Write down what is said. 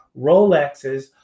Rolexes